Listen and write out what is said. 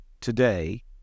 today